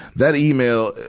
that email,